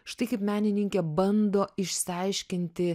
štai kaip menininkė bando išsiaiškinti